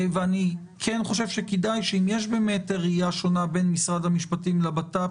אני חושב שכדאי שאם יש ראייה שונה בין משרד המשפטים למשרד לביטחון פנים,